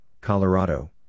Colorado